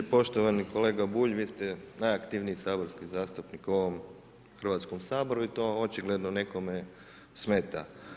Poštovani kolega Bulj, vi ste najaktivniji saborski zastupnik u ovom Hrvatskom saboru i to očigledno nekom smeta.